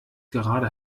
gerade